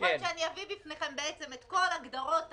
למרות שאביא בפניכם את כל הגדרות הפעימה,